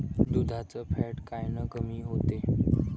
दुधाचं फॅट कायनं कमी होते?